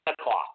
o'clock